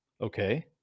Okay